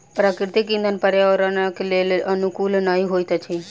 प्राकृतिक इंधन पर्यावरणक लेल अनुकूल नहि होइत अछि